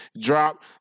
drop